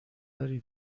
داری